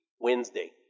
Wednesday